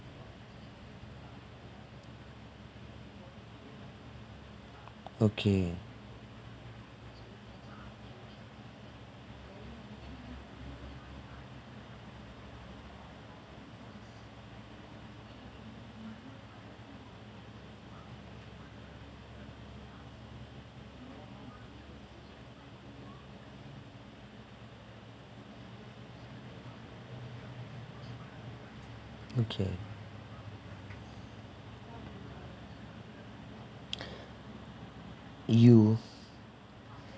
okay okay you